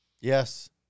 Yes